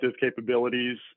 capabilities